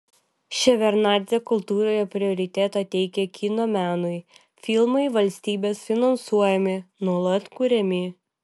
ševardnadzė kultūroje prioritetą teikia kino menui filmai valstybės finansuojami nuolat kuriami